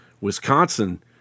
Wisconsin